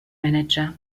manager